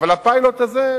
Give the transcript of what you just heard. אבל הפיילוט הזה,